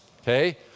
okay